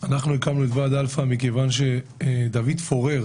אנחנו הקמנו את ועד אלפא מכיוון שדוד פורר